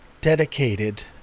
dedicated